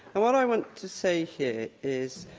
and what i want to say here is.